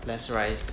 less rice